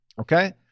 Okay